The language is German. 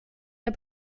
der